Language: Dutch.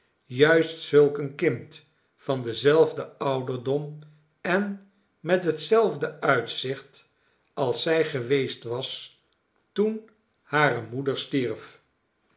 juist zulk een kind van denzelfden ouderdom en met hetzelfde uitzicht als zij geweest was toen hare moeder stierf